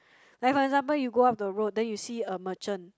like for example you go up the road then you see a merchant